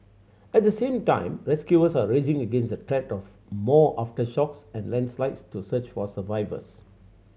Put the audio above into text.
at the same time rescuers are racing against the threat of more aftershocks and landslides to search for survivors